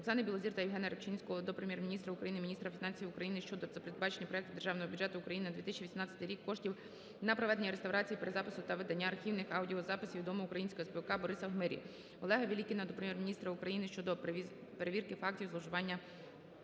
Оксани Білозір та Євгена Рибчинського до Прем'єр-міністра України, Міністра фінансів України щодо передбачення у проекті Державного бюджету України на 2018 рік коштів на проведення реставрації, перезапису та видання архівних аудіо записів відомого українського співака Бориса Гмирі. Олега Велікіна до Прем'єр-міністра України щодо перевірки фактів зловживання